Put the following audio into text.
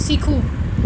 શીખવું